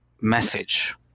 message